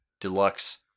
deluxe